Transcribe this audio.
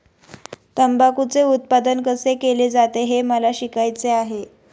तंबाखूचे उत्पादन कसे केले जाते हे मला शिकायचे आहे